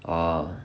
orh